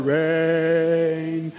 rain